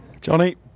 Johnny